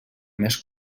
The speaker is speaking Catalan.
més